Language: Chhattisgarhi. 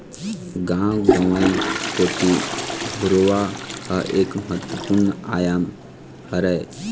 गाँव गंवई कोती घुरूवा ह एक महत्वपूर्न आयाम हरय